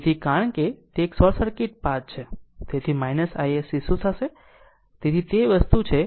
તેથી કારણ કે તે એક શોર્ટ સર્કિટ પાથ છે તેથી isc શું થશે તેથી તે વસ્તુ છે